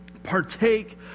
Partake